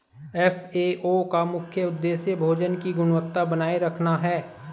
FAO का मुख्य उदेश्य भोजन की गुणवत्ता बनाए रखना है